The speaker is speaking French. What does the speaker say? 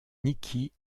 nikki